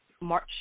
March